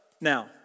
now